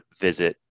visit